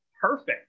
perfect